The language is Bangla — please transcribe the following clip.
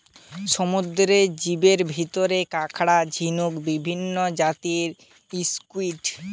সমুদ্রের জীবের ভিতরে কাকড়া, ঝিনুক, বিভিন্ন জাতের স্কুইড,